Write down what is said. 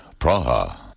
Praha